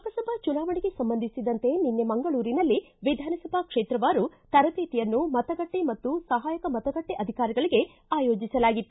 ಲೋಕಸಭಾ ಚುನಾವಣೆಗೆ ಸಂಬಂಧಿಸಿದಂತೆ ನಿನ್ನೆ ಮಂಗಳೂರಿನಲ್ಲಿ ವಿಧಾನಸಭಾ ಕ್ಷೇತ್ರವಾರು ತರಬೇತಿಯನ್ನು ಮತಗಟ್ಟೆ ಮತ್ತು ಸಹಾಯಕ ಮತಗಟ್ಟೆ ಅಧಿಕಾರಿಗಳಿಗೆ ಆಯೋಜಿಸಲಾಗಿತ್ತು